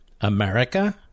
America